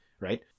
right